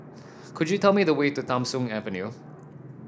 could you tell me the way to Tham Soong Avenue